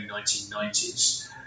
1990s